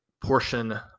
portion